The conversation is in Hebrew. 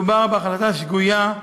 מדובר בהחלטה שגויה,